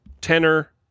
tenor